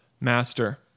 Master